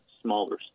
smaller